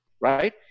right